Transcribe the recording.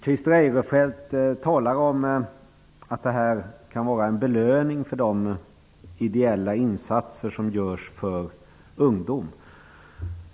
Christer Eirefelt talar om att ett OS kan vara en belöning för de ideella insatser som görs för ungdom.